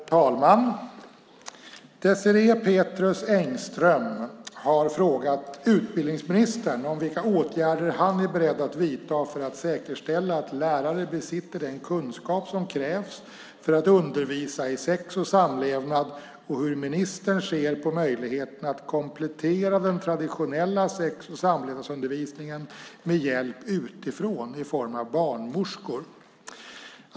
Herr talman! Désirée Pethrus Engström har frågat utbildningsministern om vilka åtgärder han är beredd att vidta för att säkerställa att lärare besitter den kunskap som krävs för att undervisa i sex och samlevnad och hur ministern ser på möjligheten att komplettera den traditionella sex och samlevnadsundervisningen med hjälp utifrån i form av barnmorskor.